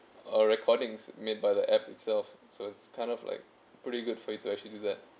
uh recordings made by the app itself so it's kind of like pretty good for you to actually do that